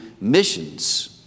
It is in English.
missions